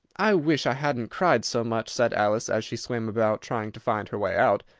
i wish i hadn't cried so much! said alice, as she swam about, trying to find her way out.